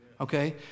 Okay